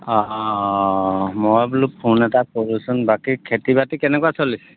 অঁ মই বোলো ফোন এটা কৰোঁচোন বাকী খেতি বাতি কেনেকুৱা চলিছে